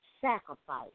sacrifice